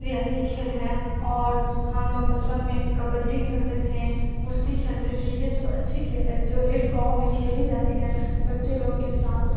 ریاتی کھیل ہے اور ہم لوگ بچپن میں کبڈی کھیلتے تھے کشتی کھیلتے تھے یہ سب اچھی کھیل ہے جو ایک گاؤں میں کھیلی جاتی ہے بچے لوگ کے ساتھ